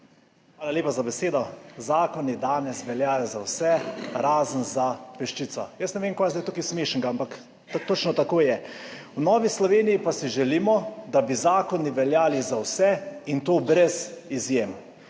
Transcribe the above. Hvala lepa za besedo. Zakoni danes veljajo za vse, razen za peščico. / smeh v dvorani/ Jaz ne vem, kaj je zdaj tukaj smešnega, ampak točno tako je. V Novi Sloveniji pa si želimo, da bi zakoni veljali za vse, in to brez izjem.